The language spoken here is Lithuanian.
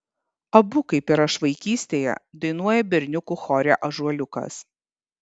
abu kaip ir aš vaikystėje dainuoja berniukų chore ąžuoliukas